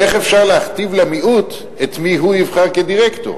איך אפשר להכתיב למיעוט את מי הוא יבחר לדירקטור?